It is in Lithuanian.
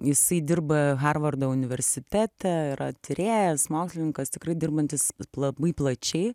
jisai dirba harvardo universitete yra tyrėjas mokslininkas tikrai dirbantis labai plačiai